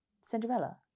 Cinderella